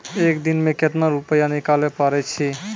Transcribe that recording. एक दिन मे केतना रुपैया निकाले पारै छी?